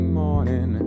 morning